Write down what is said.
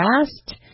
asked